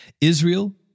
Israel